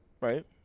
right